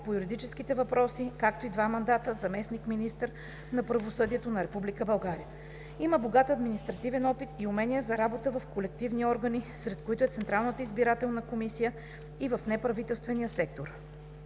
по юридическите въпроси, както и два мандата заместник-министър на правосъдието на Република България. Има богат административен опит и умение за работа в колективни органи, сред които е Централната избирателна комисия и в неправителствения сектор.